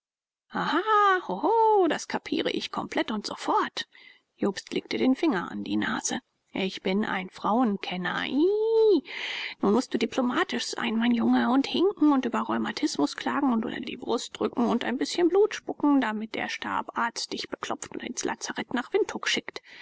das kapiere ich komplett und sofort jobst legte den finger an die nase ich bin ein frauenkenner ih nun mußt du diplomatisch sein mein junge und hinken und über rheumatismus klagen oder die brust drücken und ein bißchen blut spucken damit der stabsarzt dich beklopft und ins lazarett nach windhuk schickt